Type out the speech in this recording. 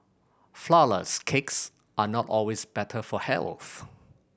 flourless cakes are not always better for health